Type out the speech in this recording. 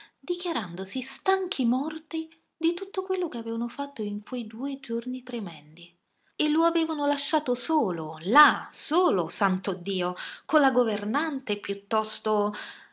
dichiarandosi stanchi morti di tutto quello che avevano fatto in quei due giorni tremendi e lo avevano lasciato solo là solo santo dio con la governante piuttosto